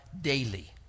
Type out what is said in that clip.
daily